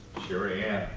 sherrianne,